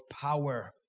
power